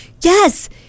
Yes